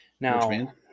Now